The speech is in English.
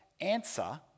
answer